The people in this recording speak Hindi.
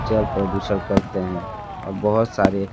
जल प्रदूषण करते हैं और बहुत सारे